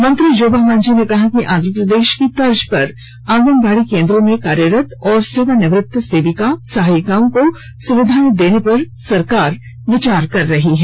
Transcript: मंत्री जोबा मांझी ने कहा कि आंध्र प्रदेश की तर्ज पर आंगनबाड़ी केंद्रों में कार्यरत और सेवानिवृत्त सेविका सहायिकाओं को सुविधाएं देने पर सरकार विचार कर रही है